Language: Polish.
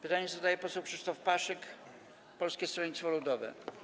Pytanie zadaje poseł Krzysztof Paszyk, Polskie Stronnictwo Ludowe.